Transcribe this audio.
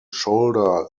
shoulder